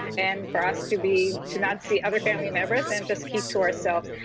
and for us to be to not see other family members, and just keep to ourselves.